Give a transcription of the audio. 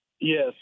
Yes